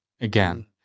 again